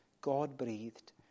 God-breathed